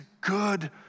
good